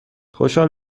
خوشحال